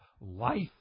life